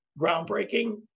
groundbreaking